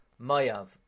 Mayav